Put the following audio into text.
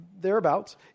thereabouts